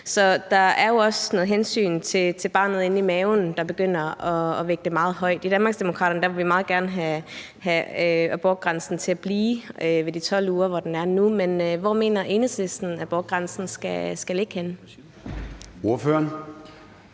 så der er jo også noget hensyn til barnet inde i maven, der begynder at vægte meget højt. I Danmarksdemokraterne vil vi meget gerne have abortgrænsen til at blive ved 12 uger, hvor den er nu, men hvor mener Enhedslisten abortgrænsen skal ligge henne?